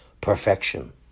perfection